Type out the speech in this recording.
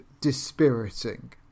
dispiriting